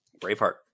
Braveheart